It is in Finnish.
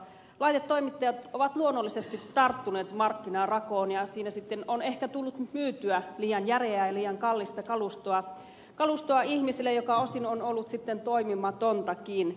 laitetoimittajat ovat luonnollisesti tarttuneet markkinarakoon ja siinä sitten on ehkä tullut myytyä ihmisille liian järeää ja liian kallista kalustoa joka osin on ollut sitten toimimatontakin